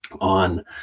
on